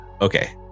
Okay